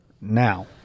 now